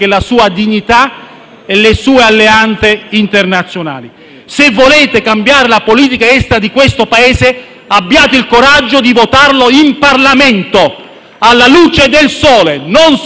e le sue alleanze internazionali. Se volete cambiare la politica estera di questo Paese, abbiate il coraggio di votarlo in Parlamento, alla luce del sole e non sottobanco.